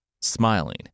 smiling